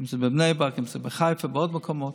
אם זה בבני ברק, אם זה בחיפה ובעוד מקומות.